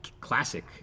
classic